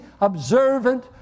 observant